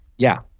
yeah.